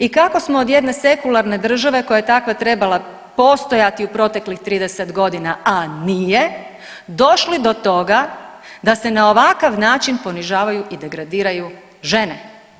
I kako smo od jedne sekularne države koja je takva trebala postojati u proteklih 30 godina, a nije došli do toga da se na ovakav način ponižavaju i degradiraju žene.